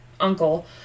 uncle